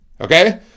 Okay